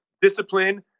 discipline